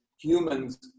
humans